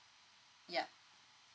yup